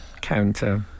counter